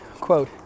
quote